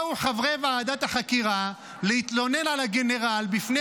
באו חברי ועדת החקירה להתלונן על הגנרל בפני